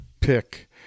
pick